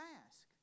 ask